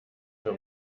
für